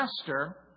master